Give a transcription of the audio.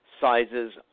sizes